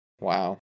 Wow